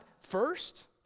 first